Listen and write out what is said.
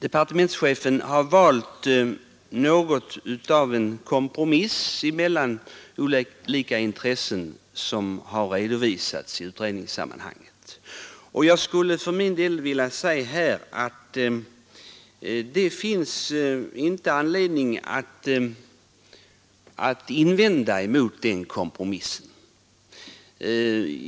Departementschefen har valt något av en kompromiss mellan olika intressen som redovisats i utredningssammanhanget, och jag vill säga att det inte finns anledning att invända mot detta.